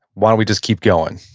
why don't we just keep going?